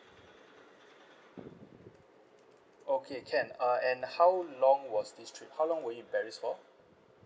okay can uh and how long was this trip how long will you in paris for